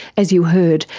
as you heard,